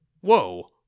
whoa